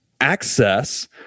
access